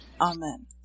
Amen